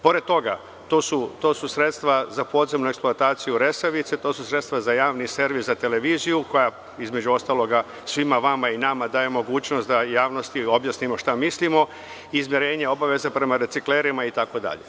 Pored toga, to su sredstva za podzemnu eksploataciju Resavice, to su sredstva za Javni servis za televiziju, koja između ostalog svima vama i nama daje mogućnost da javnosti objasnimo šta mislimo, izmirenje obaveza prema reciklerima itd.